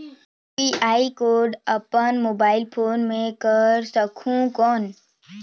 UPI code अपन mobile phone मे कर सकहुं कौन?